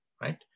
right